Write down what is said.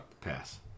Pass